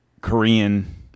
Korean